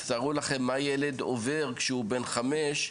אז תארו לכם מה ילד עובר כשהוא בן חמש,